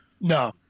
no